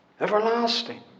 Everlasting